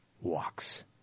walks